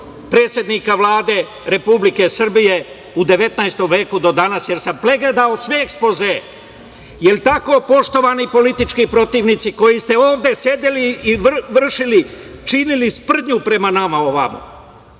predsednika Vlade Republike Srbije u 19. veku do danas, jer sam pregledao sve ekspozee. Jel tako, poštovani politički protivnici, koji ste ovde sedeli i činili sprdnju prema nama ovamo?